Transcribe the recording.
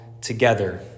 together